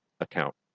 account